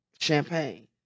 Champagne